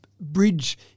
bridge